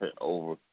over